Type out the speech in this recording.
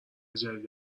جدید